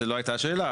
זאת לא הייתה השאלה.